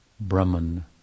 Brahman